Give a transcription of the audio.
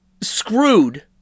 screwed